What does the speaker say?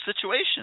situation